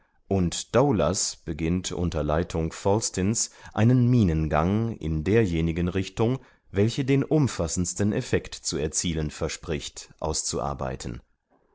und daoulas beginnt unter leitung falsten's einen minengang in derjenigen richtung welche den umfassendsten effect zu erzielen verspricht auszuarbeiten